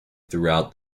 throughout